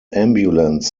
ambulance